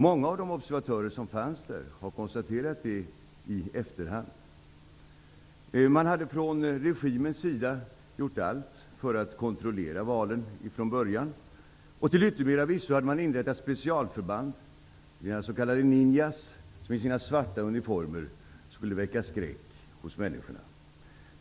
Många av observatörerna på platsen har konstaterat detta i efterhand. Man hade från regimens sida gjort allt för att kontrollera valet från början. Till yttermera visso hade man inrättat specialförband, s.k. niòas, som med sina svarta uniformer skulle väcka skräck hos människorna.